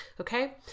okay